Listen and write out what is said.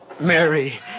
Mary